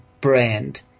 Brand